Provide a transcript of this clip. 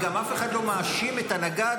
ואף אחד גם לא מאשים את הנגד,